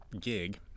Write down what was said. gig